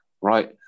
right